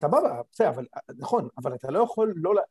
סבבה אז בסדר, נכון, אבל אתה לא יכול לא לה...